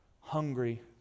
Hungry